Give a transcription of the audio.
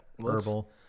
Herbal